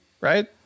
right